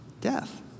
death